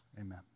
Amen